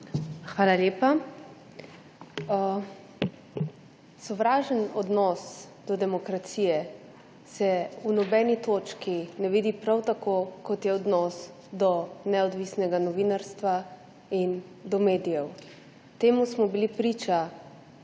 Hvala lepa. Sovražen odnos do demokracije se v nobeni točki ne vidi prav tako, kot v odnosu do neodvisnega novinarstva in do medijev. Temu smo bili priča